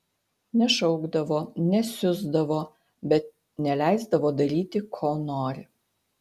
nešaukdavo nesiusdavo bet neleisdavo daryti ko nori